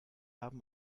haben